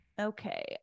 Okay